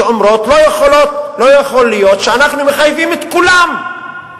שאומרות: לא יכול להיות שאנחנו מחייבים את כולם.